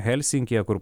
helsinkyje kur